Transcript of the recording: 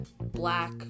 black